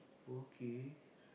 okay